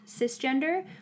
cisgender